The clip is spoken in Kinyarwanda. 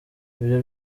ibyo